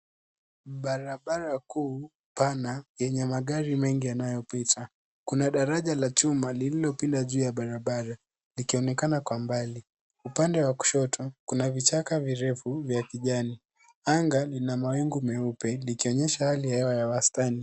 Barabara kuu, pana, yenye magari mengi yanayopita. Kuna daraja la chuma lililopinda juu ya barabara, likionekana kwa mbali. Upande wa kushoto, kuna vichaka virefu vya kijani. Anga lina mawingu meupe, likionesha hali ya hewa ya wastani.